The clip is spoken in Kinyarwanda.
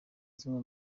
zimwe